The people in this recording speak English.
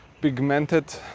pigmented